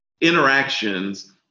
interactions